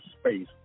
space